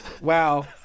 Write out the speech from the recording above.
Wow